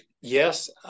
Yes